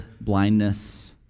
blindness